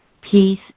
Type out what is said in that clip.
Peace